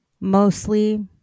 Mostly